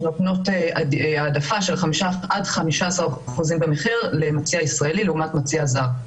שנותנות העדפה של עד 15% במחיר למציע ישראלי לעומת מציע זר.